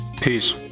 Peace